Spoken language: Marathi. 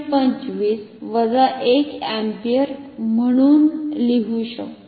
25 वजा 1 अँपिअर म्हणून लिहू शकतो